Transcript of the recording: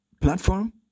platform